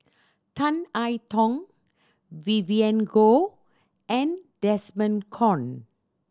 Tan I Tong Vivien Goh and Desmond Kon